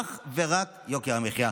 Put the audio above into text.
אך ורק יוקר המחיה,